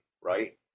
right